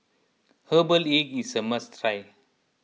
Herbal Egg is a must try